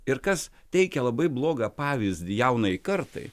ir kas teikia labai blogą pavyzdį jaunajai kartai